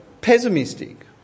pessimistic